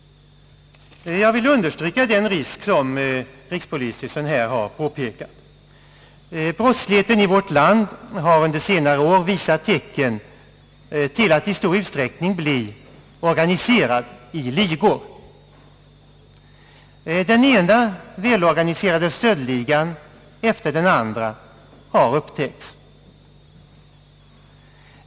Jag vill understryka den risk som rikspolisstyrelsen här har påpekat. Brottsligheten i vårt land har under senare år visat tecken till att i stor utsträckning bli organiserad i ligor. Den ena välorganiserade stöldligan efter den andra har upptäckts.